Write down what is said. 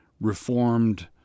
Reformed